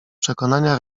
przekonania